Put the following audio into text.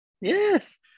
Yes